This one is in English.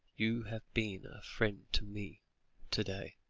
you have been a friend to me to-day.